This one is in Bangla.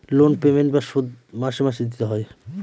লোন পেমেন্ট বা শোধ মাসে মাসে দিতে হয়